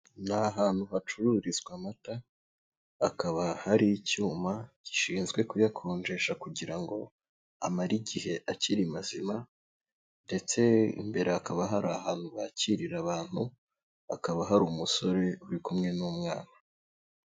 Ni ahantu hacururizwa amata, hakaba hari icyuma gishinzwe kuyakonjesha, kugira ngo amare igihe akiri mazima ndetse imbere hakaba hari ahantu bakirira abantu, hakaba hari umusore uri kumwe n'umwana.